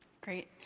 Great